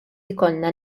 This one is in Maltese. ikollna